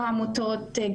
גם עמותות,